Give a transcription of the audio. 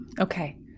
Okay